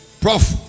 Prof